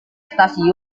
stasiun